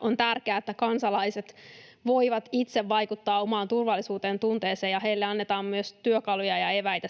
on tärkeää, että kansalaiset voivat itse vaikuttaa omaan turvallisuudentunteeseen ja heille annetaan myös työkaluja ja eväitä